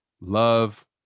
love